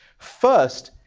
first,